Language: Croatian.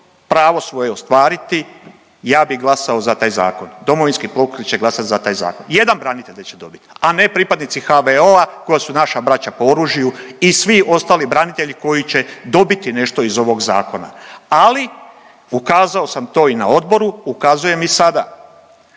pravo svoje ostvariti ja bi glasao za taj zakon, Domovinski pokret će glasat za taj zakon, jedan branitelj da će dobit, a ne pripadnici HVO-a koja su naša braća po oružju i svi ostali branitelji koji će dobiti nešto iz ovog zakona. Ali ukazao sam to i na odboru, ukazujem i sada,